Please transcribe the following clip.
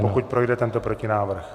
Pokud projde tento protinávrh.